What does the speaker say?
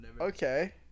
Okay